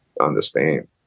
understand